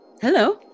Hello